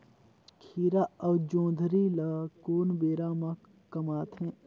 खीरा अउ जोंदरी ल कोन बेरा म कमाथे?